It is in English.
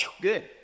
good